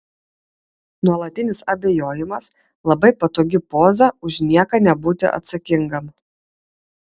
nuolatinis abejojimas labai patogi poza už nieką nebūti atsakingam